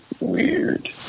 weird